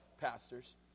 pastors